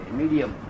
medium